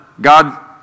God